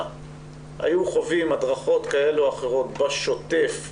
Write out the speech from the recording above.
היו חווים הדרכות כאלה או אחרות בשוטף,